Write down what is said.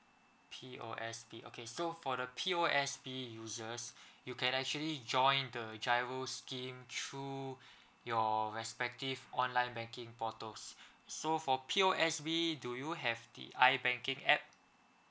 P_O_S_B okay so for the P_O_S_B users you can actually join the giro scheme through your respective online banking portals so for P_O_S_B do you have the I banking app